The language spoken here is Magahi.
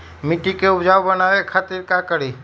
मिट्टी के उपजाऊ बनावे खातिर का करी?